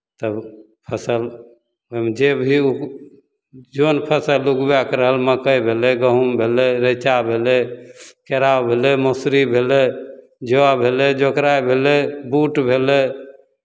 तब फसल ओहिमे जेभी उप जोन फसल उगबयके रहल मक्कइ भेलै गहुँम भेलै रैँचा भेलै केराउ भेलै मसुरी भेलै जओ भेलै जोकराइ भेलै बूट भेलै